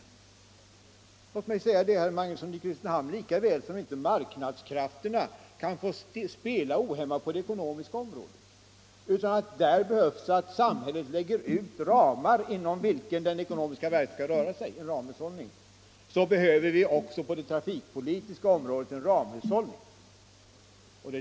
Låt mig säga till herr Magnusson att lika väl som att marknadskrafterna inte kan få spela ohämmat på det ekonomiska området, utan att där behövs att samhället lägger ut ramar inom vilka den ekonomiska verksamheten skall röra sig, dvs. en ramhushållning, behöver vi också på det trafikpolitiska området en ramhushållning.